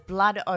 Blood